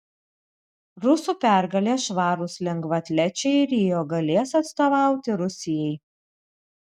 rusų pergalė švarūs lengvaatlečiai rio galės atstovauti rusijai